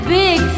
big